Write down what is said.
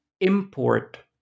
import